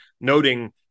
noting